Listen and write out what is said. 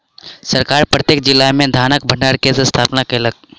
सरकार प्रत्येक जिला में धानक भण्डार के स्थापना केलक